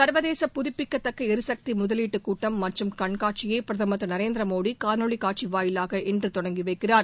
சர்வதேச புதுப்பிக்கத்தக்க எரிசக்தி முதலீட்டு கூட்டம் மற்றும் கண்காட்சியை பிரதமர் திரு நரேந்திர மோடி காணொலி காட்சி வாயிலாக இன்று தொடங்கி வைக்கிறார்